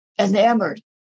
enamored